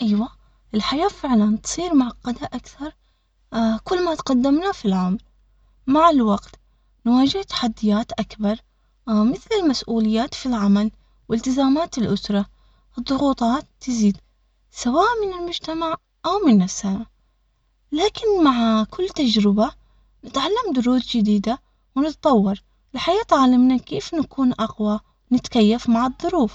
أيوة الحياة فعلا تصير معقدة أكثر كل ما تقدمنا في العمل مع الوقت نواجه تحديات أكبر مثل المسؤوليات في العمل والتزامات الأسرة الضغوطات تزيد سواء من المجتمع أو من نفسنا لكن مع كل تجربة نتعلم دروس جديدة ونتطور الحياة تعلمنا كيف نكون أقوى نتكيف مع الضروف.